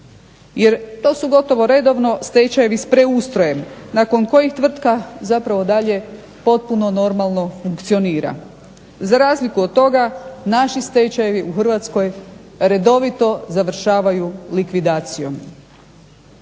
jer to su gotovo redovno stečajevi s preustrojem nakon kojih tvrtka zapravo dalje potpuno normalno funkcionira. Za razliku od toga naši stečajevi u Hrvatskoj redovito završavaju likvidacijom.